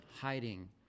hiding